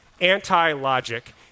anti-logic